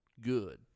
good